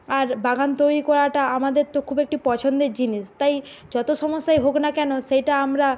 আর বাগান তৈরি করাটা আমাদের তো খুব একটি পছন্দের জিনিস তাই যতো সমস্যাই হোক না কেন সেইটা আমরা